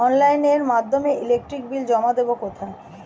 অফলাইনে এর মাধ্যমে ইলেকট্রিক বিল জমা দেবো কোথায়?